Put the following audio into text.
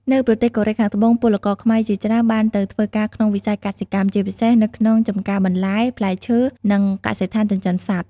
នៅប្រទេសកូរ៉េខាងត្បូងពលករខ្មែរជាច្រើនបានទៅធ្វើការក្នុងវិស័យកសិកម្ម ជាពិសេសនៅក្នុងចំការបន្លែ ផ្លែឈើ និងកសិដ្ឋានចិញ្ចឹមសត្វ ។